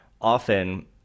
often